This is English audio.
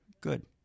Good